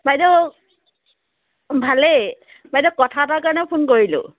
বাইদেউ ভালেই বাইদেউ কথা এটাৰ কাৰণে ফোন কৰিলোঁ